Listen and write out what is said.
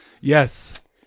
Yes